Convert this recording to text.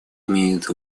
имеет